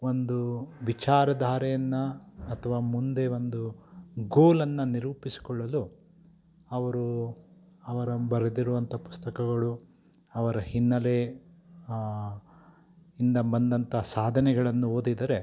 ಒಂದು ವಿಚಾರಧಾರೆಯನ್ನ ಅಥ್ವ ಮುಂದೆ ಒಂದು ಗೋಲನ್ನು ನಿರೂಪಿಸಿಕೊಳ್ಳಲು ಅವರು ಅವರು ಬರೆದಿರುವಂಥ ಪುಸ್ತಕಗಳು ಅವರ ಹಿನ್ನಲೆ ಇಂದ ಬಂದಂಥ ಸಾಧನೆಗಳನ್ನು ಓದಿದರೆ